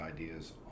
ideas